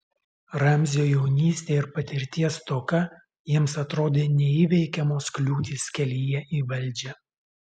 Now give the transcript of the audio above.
ramzio jaunystė ir patirties stoka jiems atrodė neįveikiamos kliūtys kelyje į valdžią